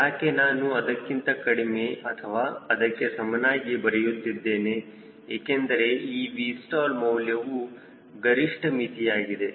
ಯಾಕೆ ನಾನು ಅದಕ್ಕಿಂತ ಕಡಿಮೆ ಅಥವಾ ಅದಕ್ಕೆ ಸಮನಾಗಿ ಬರೆಯುತ್ತಿದ್ದೇನೆ ಏಕೆಂದರೆ ಈ Vstall ಮೌಲ್ಯವು ಗರಿಷ್ಠ ಮಿತಿಯಾಗಿದೆ